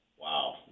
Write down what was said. Wow